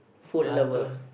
food lover